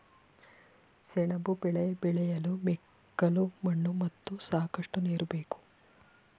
ಸೆಣಬು ಬೆಳೆ ಬೆಳೆಯಲು ಮೆಕ್ಕಲು ಮಣ್ಣು ಮತ್ತು ಸಾಕಷ್ಟು ನೀರು ಬೇಕು